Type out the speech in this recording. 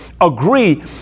agree